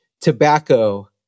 tobacco